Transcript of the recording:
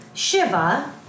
Shiva